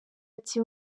ati